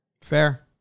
Fair